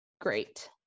great